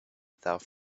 without